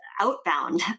outbound